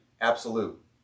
absolute